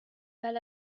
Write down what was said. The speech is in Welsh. fel